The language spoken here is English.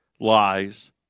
lies